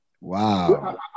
Wow